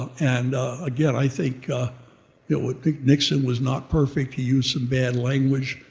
and again, i think you know ah think nixon was not perfect, he used some bad language.